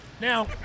Now